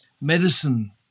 Medicine